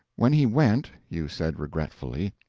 when he went, you said regretfully,